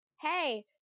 hey